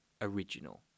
original